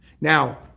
now